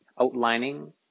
outlining